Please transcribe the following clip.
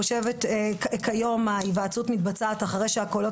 כיום ההיוועצות מתבצעת אחרי שהקולות